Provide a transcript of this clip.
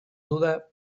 duda